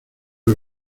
del